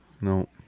No